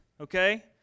okay